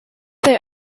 there